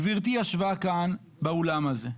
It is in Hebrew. גברתי ישבה כאן באולם הזה,